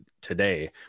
today